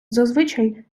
зазвичай